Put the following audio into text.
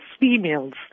females